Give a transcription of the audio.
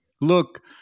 look